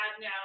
now